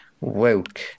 Woke